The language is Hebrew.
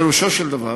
פירושו של דבר